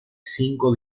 cinco